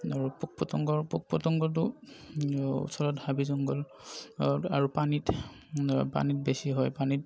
আৰু পোক পতংগৰ পোক পতংগটো ওচৰত হাবি জংঘল আৰু পানীত পানীত বেছি হয় পানীত